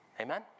Amen